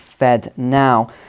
FedNow